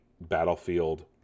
Battlefield